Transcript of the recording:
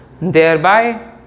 thereby